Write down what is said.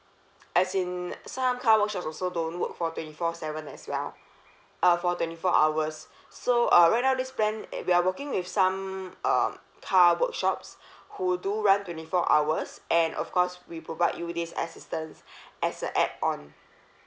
as in some car workshops also don't work for twenty four seven as well uh for twenty four hours so uh right now this plan we are working with some um car workshops who do run twenty four hours and of course we provide you this assistance as a add on